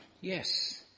yes